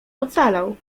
ocalał